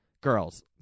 girls